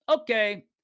okay